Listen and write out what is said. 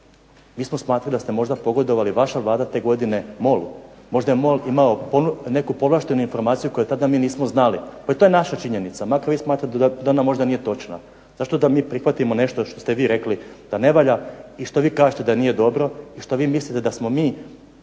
mi smo smatrali da ste možda pogodovali, vaša Vlada te godine, MOL-u, možda je MOL imao neku povlaštenu informaciju koju tada mi nismo znali. To je naša činjenica makar vi smatrate da ona nije točna. Zašto da mi prihvatimo nešto što ste vi rekli da ne valja i što vi kažete da nije dobro i što vi mislite da smo mi